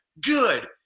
good